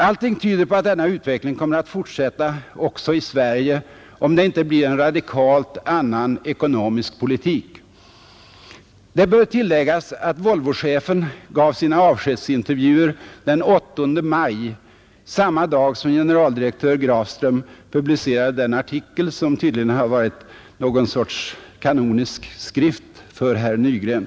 Allting tyder på att denna utveckling kommer att fortsätta också i Sverige — om det inte blir en radikalt annan ekonomisk politik. Det bör tilläggas att Volvochefen gav sina avskedsintervjuer den 8 maj — samma dag som generaldirektör Grafström publicerade den artikel som tydligen varit något slags kanonisk skrift för herr Nygren.